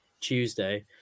Tuesday